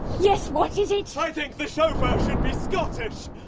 yes, what is it? i think the chauffeur should be scottish,